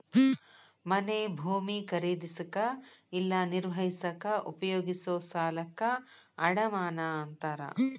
ಮನೆ ಭೂಮಿ ಖರೇದಿಸಕ ಇಲ್ಲಾ ನಿರ್ವಹಿಸಕ ಉಪಯೋಗಿಸೊ ಸಾಲಕ್ಕ ಅಡಮಾನ ಅಂತಾರ